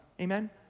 Amen